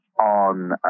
on